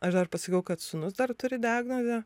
aš dar pasakiau kad sūnus dar turi diagnozę